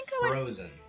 Frozen